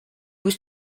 was